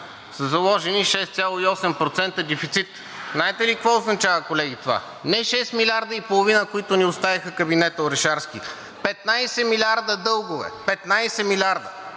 са заложени 6,8% дефицит. Знаете ли какво означава, колеги, това? Не 6,5 милиарда, които ни остави кабинетът Орешарски – 15 милиарда дългове. Петнайсет милиарда!